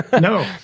No